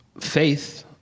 faith